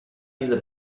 diese